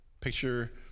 Picture